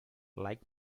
like